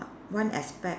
one aspect